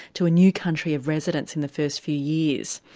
to a new country of residence in the first few years.